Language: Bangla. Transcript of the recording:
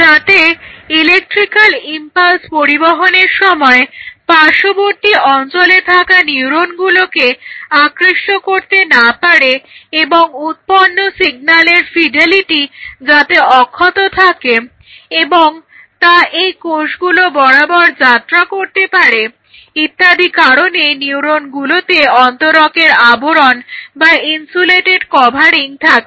যাতে ইলেক্ট্রিক্যাল ইমপালস পরিবহনের সময় পার্শ্ববর্তী অঞ্চলে থাকা নিউরনগুলোকে আকৃষ্ট করতে না পারে এবং উৎপন্ন সিগন্যালের ফিডেলিটি যাতে অক্ষত থাকে এবং তা এই কোষগুলো বরাবর যাত্রা করতে পারে ইত্যাদি কারণে নিউরনগুলোতে অন্তরকের আবরণ বা ইনসুলেটেড কভারিং থাকে